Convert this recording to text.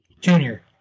Junior